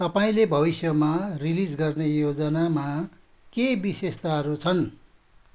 तपाईँले भविष्यमा रिलिज गर्ने योजनामा के विशेषताहरू छन्